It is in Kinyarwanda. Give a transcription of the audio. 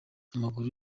amaguru